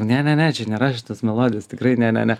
ne ne ne čia nėra šitos melodijas tikrai ne ne ne